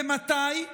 ומתי?